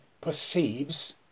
perceives